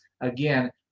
again